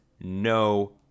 no